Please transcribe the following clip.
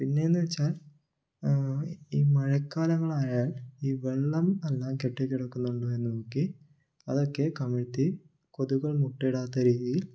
പിന്നേന്ന് വെച്ചാൽ ഈ മഴക്കാലങ്ങളായാൽ ഈ വെള്ളം എല്ലാം കെട്ടി കിടക്കുന്നുണ്ടോയെന്ന് നോക്കി അതൊക്കെ കമഴ്ത്തി കൊതുകുകൾ മുട്ടയിടാത്ത രീതിയിൽ